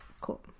cool